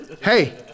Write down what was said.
Hey